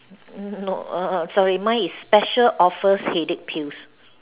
no err sorry mine is special offer headache pills